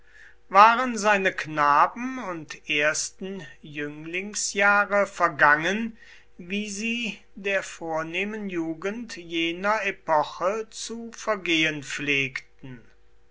waren seine knaben und ersten jünglingsjahre vergangen wie sie der vornehmen jugend jener epoche zu vergehen pflegten